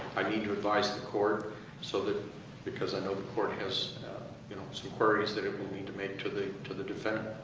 i need to advise the court so because i know the court has you know some queries that it will need to make to the to the defendant.